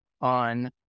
on